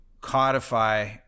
codify